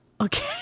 Okay